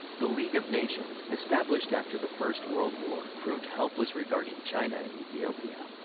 the league of nations, established after the first world war, proved helpless regarding china and ethiopia.